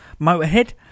Motorhead